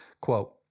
Quote